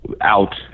out